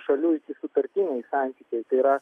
šalių sutartiniai santykiai tai yra